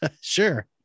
sure